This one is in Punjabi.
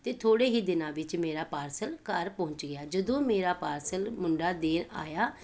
ਅਤੇ ਥੋੜ੍ਹੇ ਹੀ ਦਿਨਾਂ ਵਿੱਚ ਮੇਰਾ ਪਾਰਸਲ ਘਰ ਪਹੁੰਚ ਗਿਆ ਜਦੋਂ ਮੇਰਾ ਪਾਰਸਲ ਮੁੰਡਾ ਦੇਣ ਆਇਆ